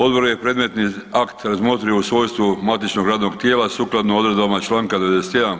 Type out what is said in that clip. Odbor je predmetni akt razmotrio u svojstvu matičnog radnog tijela sukladno odredbama članka 91.